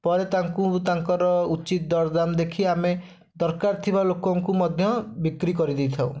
ପରେ ତାଙ୍କୁ ତାଙ୍କର ଉଚିତ୍ ଦରଦାମ୍ ଦେଖି ଆମେ ଦରକାର ଥିବା ଲୋକଙ୍କୁ ମଧ୍ୟ ବିକ୍ରି କରିଦେଇଥାଉ